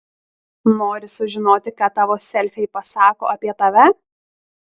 nori sužinoti ką tavo selfiai pasako apie tave